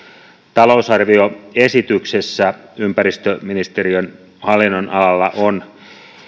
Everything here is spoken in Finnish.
talousarvioesityksessä ympäristöministeriön hallinnonalalla on